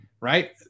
right